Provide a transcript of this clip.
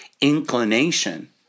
inclination